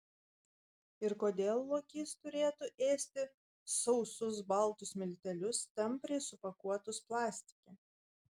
ir kodėl lokys turėtų ėsti sausus baltus miltelius tampriai supakuotus plastike